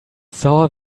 saw